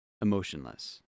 Emotionless